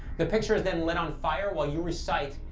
the picture is then lit on fire while you recite,